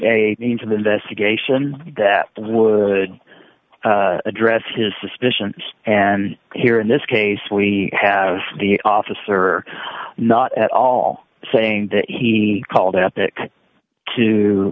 a means of investigation that that would address his suspicion and here in this case we have the officer not at all saying that he called epic to